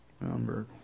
number